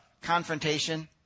confrontation